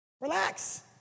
Relax